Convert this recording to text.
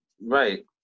Right